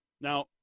Now